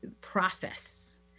process